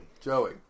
Joey